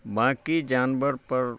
बाकी जानवर पर